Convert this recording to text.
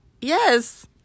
Yes